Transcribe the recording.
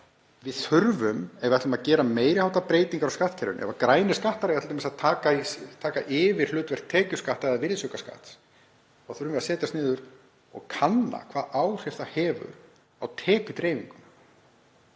við þurfum, ef við ætlum að gera meiri háttar breytingar á skattkerfinu, ef grænir skattar eiga t.d. að taka yfir hlutverk tekjuskatta eða virðisaukaskatts, að setjast niður og kanna hvaða áhrif það hefur á tekjudreifingu,